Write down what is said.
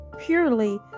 purely